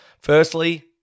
Firstly